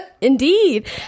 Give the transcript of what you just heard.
indeed